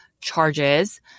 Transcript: charges